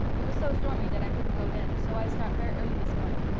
it was so stormy dat i couldn't go den, so i start vair early dis mornin'.